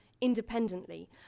independently